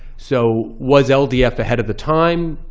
so was ldf ahead of the time?